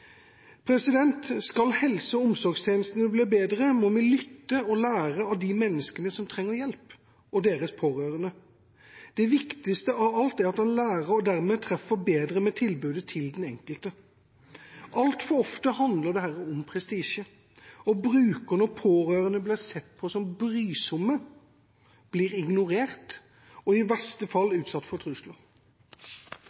Skal helse- og omsorgstjenestene bli bedre, må vi lytte og lære av de menneskene som trenger hjelp, og deres pårørende. Det viktigste av alt er at man lærer og dermed treffer bedre med tilbudet til den enkelte. Altfor ofte handler dette om prestisje, og brukerne og pårørende blir sett på som brysomme, blir ignorert og i verste fall